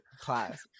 class